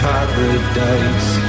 Paradise